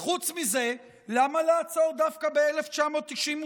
וחוץ מזה, למה לעצור דווקא ב-1992?